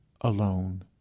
alone